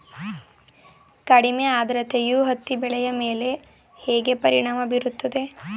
ಕಡಿಮೆ ಆದ್ರತೆಯು ಹತ್ತಿ ಬೆಳೆಯ ಮೇಲೆ ಹೇಗೆ ಪರಿಣಾಮ ಬೀರುತ್ತದೆ?